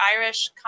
Irish